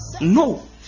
no